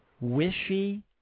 wishy